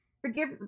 Forgive